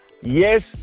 Yes